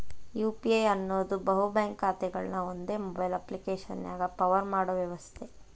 UPI ಅನ್ನೋದ್ ಬಹು bank ಖಾತೆಗಳನ್ನ ಒಂದೇ ಮೊಬೈಲ್ ಅಪ್ಪ್ಲಿಕೆಶನ್ಯಾಗ ಪವರ್ ಮಾಡೋ ವ್ಯವಸ್ಥೆ